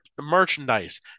merchandise